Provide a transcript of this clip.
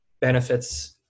benefits